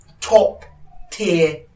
Top-tier